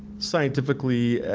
scientifically,